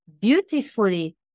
beautifully